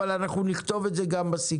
אבל אנחנו נכתוב את זה גם בסיכום.